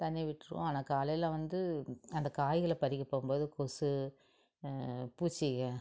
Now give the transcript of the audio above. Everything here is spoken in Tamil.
தண்ணீர் விட்டுருவோம் ஆனால் காலையில் வந்து அந்த காய்களை பறிக்கப்போகும்போது கொசு பூச்சிகள்